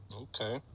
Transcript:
Okay